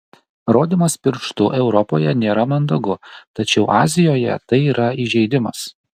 rodymas pirštu europoje nėra mandagu tačiau azijoje tai yra įžeidimas